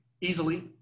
easily